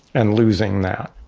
and losing that.